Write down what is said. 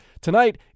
Tonight